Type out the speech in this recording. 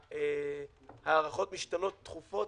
ההערכות משתנות תכופות,